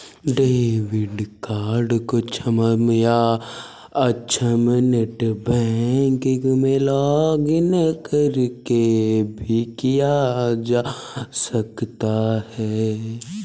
debit card को सक्षम या अक्षम नेट बैंकिंग में लॉगिंन करके भी किया जा सकता है